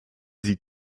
sie